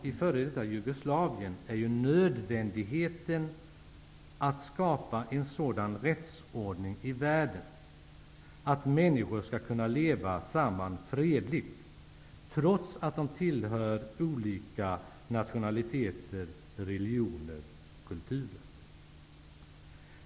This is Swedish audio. I f.d. Jugoslavien handlar det ju om nödvändigheten att skapa en sådan rättsordning i världen att människor skall kunna leva samman fredligt trots att de tillhör olika nationaliteter, religioner och kulturer.